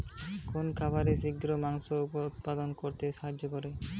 কোন খাবারে শিঘ্র মাংস উৎপন্ন করতে সাহায্য করে?